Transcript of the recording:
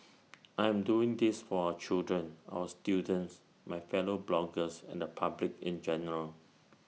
I am doing this for our children our students my fellow bloggers and the public in general